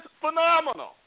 phenomenal